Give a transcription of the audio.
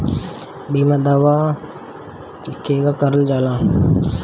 बीमा दावा केगा करल जाला?